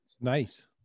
Nice